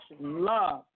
love